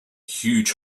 huge